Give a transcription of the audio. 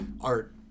art